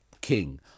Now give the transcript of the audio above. king